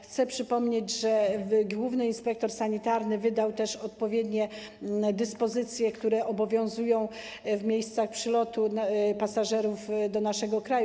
Chcę przypomnieć, że główny inspektor sanitarny wydał też odpowiednie dyspozycje, które obowiązują w miejscach przylotu pasażerów do naszego kraju.